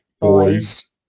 boys